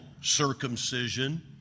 circumcision